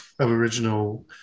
Aboriginal